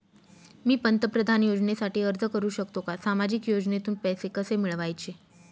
मी पंतप्रधान योजनेसाठी अर्ज करु शकतो का? सामाजिक योजनेतून पैसे कसे मिळवायचे